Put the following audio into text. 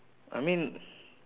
I mean